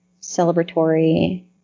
celebratory